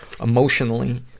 emotionally